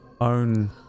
own